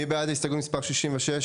מי בעד הסתייגות מספר 66?